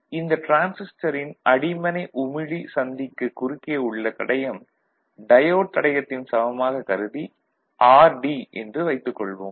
எனவே இந்த டிரான்சிஸ்டரின் அடிமனை உமிழி சந்திக்குக் குறுக்கே உள்ள தடையம் டயோடு தடையத்தின் சமமாக கருதி rd என்று வைத்துக் கொள்வோம்